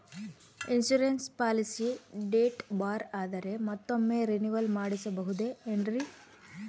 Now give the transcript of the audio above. Insurance policy date ಬಾರ್ ಆದರೆ ಮತ್ತೊಮ್ಮೆ ರಿನಿವಲ್ ಮಾಡಿಸಬಹುದೇ ಏನ್ರಿ?